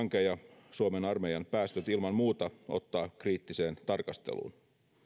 hanke ja suomen armeijan päästöt ilman muuta ottaa kriittiseen tarkasteluun